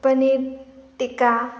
पनीर टिका